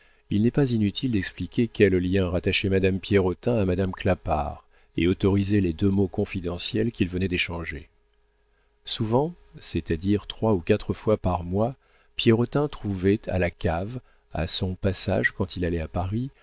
il n'est pas inutile d'expliquer quels liens rattachaient madame pierrotin à madame clapart et autorisaient les deux mots confidentiels qu'ils venaient d'échanger souvent c'est-à-dire trois ou quatre fois par mois pierrotin trouvait à la cave à son passage quand il allait à paris